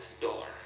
door